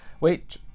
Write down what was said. Wait